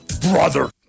brother